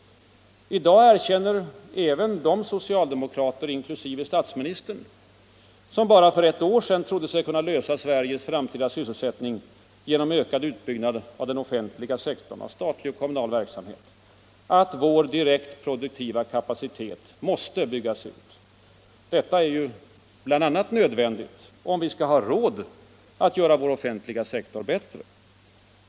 I dag erkänner även de socialdemokrater — också statsministern — som bara för ett år sedan trodde sig kunna klara Sveriges framtida sysselsättning genom ökad utbyggnad av den offentliga sektorn, av statlig och kommunal verksamhet, att vår direkt produktiva kapacitet måste byggas ut. Detta är bl.a. nödvändigt om vi skall ha råd att göra vår offentliga sektor bättre.